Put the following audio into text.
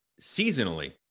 seasonally